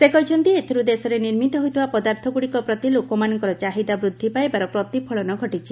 ସେ କହିଛନ୍ତି ଏଥିରୁ ଦେଶରେ ନିର୍ମିତ ହେଉଥିବା ପଦାର୍ଥଗୁଡ଼ିକ ପ୍ରତି ଲୋକମାନଙ୍କର ଚାହିଦା ବୃଦ୍ଧି ପାଇବାର ପ୍ରତିଫଳନ ଘଟିଛି